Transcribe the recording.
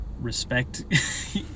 respect